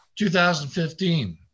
2015